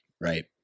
Right